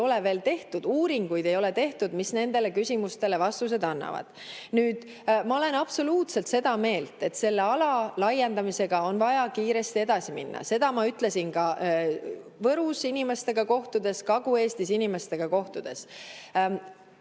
ole veel tehtud ja ei ole tehtud uuringuid, mis nendele küsimustele vastused annaksid. Ma olen absoluutselt seda meelt, et selle ala laiendamisega on vaja kiiresti edasi minna. Seda ma ütlesin ka Võrus inimestega kohtudes, mujal Kagu-Eestis inimestega kohtudes.